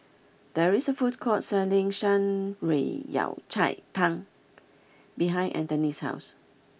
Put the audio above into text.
there is a food court selling Shan Rui Yao Cai Tang behind Antony's house